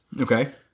Okay